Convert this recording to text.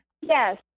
Yes